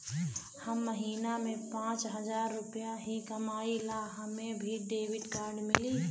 हम महीना में पाँच हजार रुपया ही कमाई ला हमे भी डेबिट कार्ड मिली?